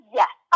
yes